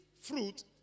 fruit